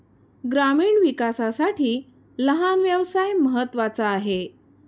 ग्रामीण विकासासाठी लहान व्यवसाय महत्त्वाचा आहे